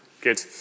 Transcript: Good